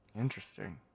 interesting